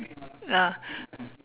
ah